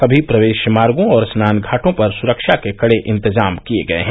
सभी प्रवेश मार्गो और स्नान घाटों पर सुरक्षा के कड़े इंतजाम किये गये हैं